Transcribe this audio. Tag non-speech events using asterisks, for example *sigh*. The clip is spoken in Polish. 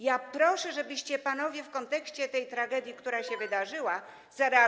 Ja proszę, żebyście panowie w kontekście tej tragedii, która się *noise* wydarzyła, zareagowali.